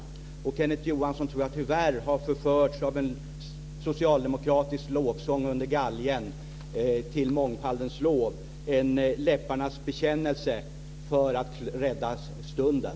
Jag tror att Kenneth Johansson tyvärr har förförts av en socialdemokratisk lovsång under galgen till mångfalden, en läpparnas bekännelse för att räddas för stunden.